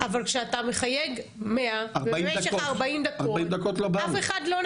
אבל כשאתה מחייג מאה במשך 40 דקות --- 40 דקות לא באו.